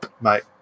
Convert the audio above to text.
mate